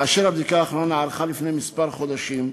והבדיקה האחרונה נערכה לפני כמה חודשים.